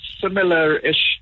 similar-ish